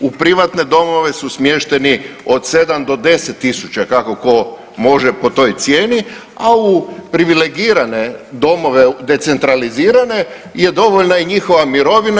U privatne domove su smješteni od 7 do 10 000 kako tko može po toj cijeni, a u privilegirane domove decentralizirane je dovoljna i njihova mirovina.